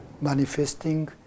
manifesting